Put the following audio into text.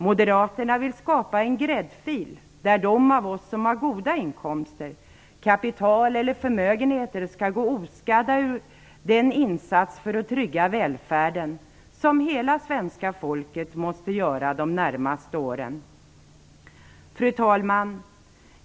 Moderaterna vill skapa en gräddfil, där de av oss som har goda inkomster, kapital eller förmögenhet skall gå oskadda från den insats för att trygga välfärden som hela svenska folket måste göra de närmaste åren. Fru talman!